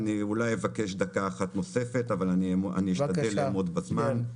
אני אולי אבקש דקה אחת נוספת אבל אני אשתדל לעמוד בזמן.